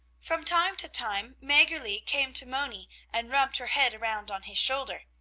from time to time maggerli came to moni and rubbed her head around on his shoulder,